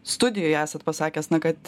studijoj esat pasakęs kad